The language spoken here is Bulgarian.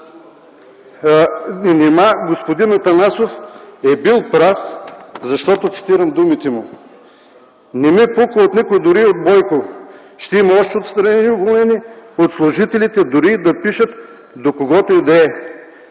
Нима господин Атанасов е бил прав, защото – цитирам думите му: „Не ми пука от никой, дори и от Бойко. Ще има още отстранени и уволнени от служителите, дори и да пишат до когото и да е.